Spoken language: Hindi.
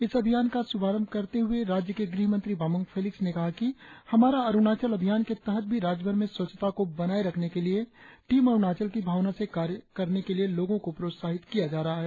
इस अभियान का शुभारंभ करते हुए राज्य के गृहमंत्री बामंग फेलिक्स ने कहा कि हमारा अरुणाचल अभियान के तहत भी राज्यभर में स्वच्छता को बनाएं रखने के लिए टीम अरुणाचल की भावना से कार्य करने के लिए लोगों को प्रोत्साहित किया जा रहा है